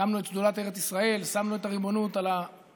הקמנו את שדולת ארץ ישראל ושמנו את הריבונות על השולחן,